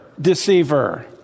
deceiver